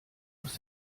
aus